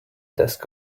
desk